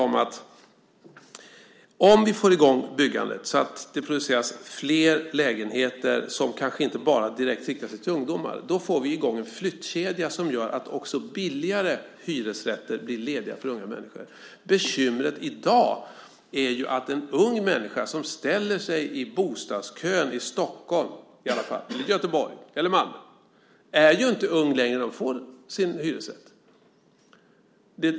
Om vi alltså får i gång byggandet så att det produceras flera lägenheter som kanske inte bara riktar sig direkt till ungdomar får vi i gång en flyttkedja som gör att också billigare hyresrätter blir lediga för unga människor. Bekymret i dag är ju att unga människor som ställer sig i bostadskö i Stockholm, Göteborg eller Malmö inte längre är unga när de får sin hyresrätt.